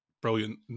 Brilliant